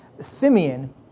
Simeon